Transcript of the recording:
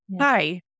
hi